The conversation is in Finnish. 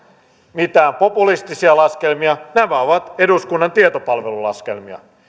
mitään populistisia laskelmia nämä ovat eduskunnan tietopalvelun laskelmia